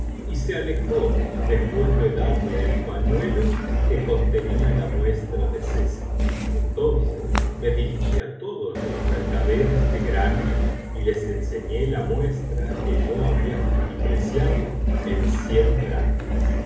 y se alejó después de darme el pañuelo que contenía la muestra de sésamo entonces rae dirigí á todos los mercaderes de granos y les enseñó la muestra que yo había justipreciado en cien dracmas y